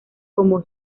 como